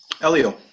Elio